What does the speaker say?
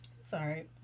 Sorry